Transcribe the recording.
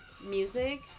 music